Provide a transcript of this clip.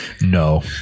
No